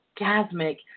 gasmic